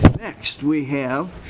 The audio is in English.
next we have